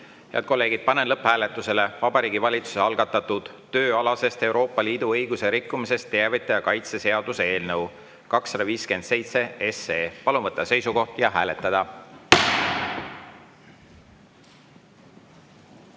Head kolleegid, panen lõpphääletusele Vabariigi Valitsuse algatatud tööalasest Euroopa Liidu õiguse rikkumisest teavitaja kaitse seaduse eelnõu 257. Palun võtta seisukoht ja hääletada!